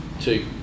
two